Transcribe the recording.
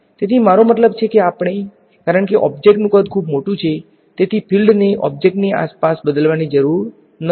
તેથી મારો મતલબ છે કે કારણ કે ઓબ્જેક્ટનું કદ ખૂબ મોટું છે તેથી ફિલ્ડને ઓબ્જેક્ટની આસપાસ બદલવાની જરૂર નથી